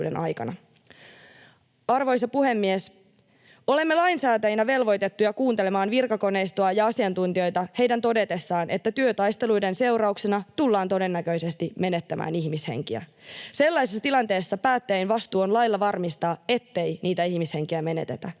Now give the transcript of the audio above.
Arvoisa puhemies! Olemme lainsäätäjinä velvoitettuja kuuntelemaan virkakoneistoa ja asiantuntijoita heidän todetessaan, että työtaisteluiden seurauksena tullaan todennäköisesti menettämään ihmishenkiä. Sellaisessa tilanteessa päättäjien vastuu on lailla varmistaa, ettei niitä ihmishenkiä menetetä,